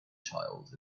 child